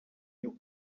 you